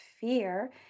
fear